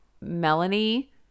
Melanie